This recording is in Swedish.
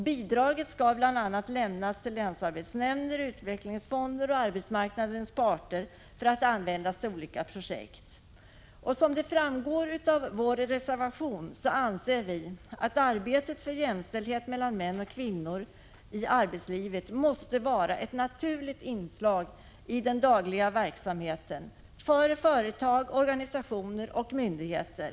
Bidraget skall bl.a. lämnas till länsarbetsnämnder, utvecklingsfonder och arbetsmarknadens parter för att användas till olika projekt. Som framgår av vår reservation anser vi att arbetet för jämställdhet mellan män och kvinnor i arbetslivet måste vara ett naturligt inslag i den dagliga verksamheten inom företag, organisationer och myndigheter.